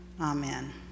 Amen